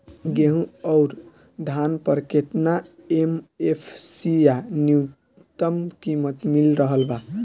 गेहूं अउर धान पर केतना एम.एफ.सी या न्यूनतम कीमत मिल रहल बा?